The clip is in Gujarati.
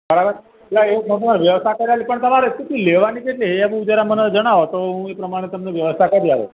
બરાબર એટલે એવું કશું નથી વ્યવસ્થા કરી આપીએ પણ તમાર કેટલી લેવાની કેટલી છે એનું મને જરા જણાવો તો હું એ પ્રમાણે તમને વ્યવસ્થા કરી આપીએ